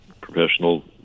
professional